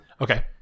Okay